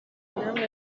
namwe